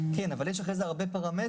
כן, אבל יש אחרי זה הרבה פרמטרים.